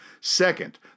Second